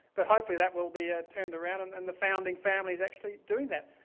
but hopefully that will be ah turned around and and the founding family is actually doing that.